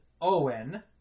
Owen